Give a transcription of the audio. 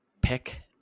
pick